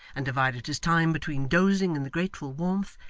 and divided his time between dozing in the grateful warmth,